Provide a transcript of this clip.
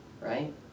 right